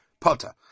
Potter